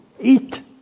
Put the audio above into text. eat